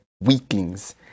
weaklings